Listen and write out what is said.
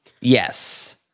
Yes